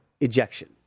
ejection